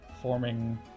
forming